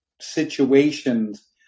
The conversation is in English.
situations